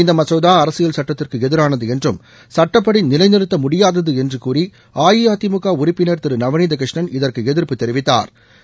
இந்த மசோதா அரசியல் சட்டத்திற்கு எதிரானது என்றும் சட்டப்படி நிலைநிறுத்த முடியாதது என்றும் கூறி அஇஅதிமுக உறுப்பினா் திரு நவநீதகிருஷ்ணன் இதற்கு எதிர்ப்பு தெிவித்தாா்